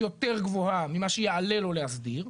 גם בעניינים של זכויות יסוד בסיסיים,